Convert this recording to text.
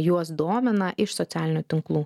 juos domina iš socialinių tinklų